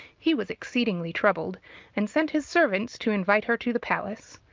he was exceedingly troubled and sent his servants to invite her to the palace.